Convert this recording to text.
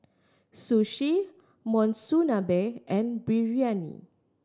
Sushi Monsunabe and Biryani